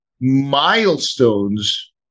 milestones